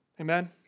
Amen